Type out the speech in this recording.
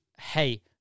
hey